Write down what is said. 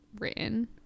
written